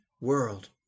world